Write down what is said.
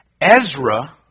Ezra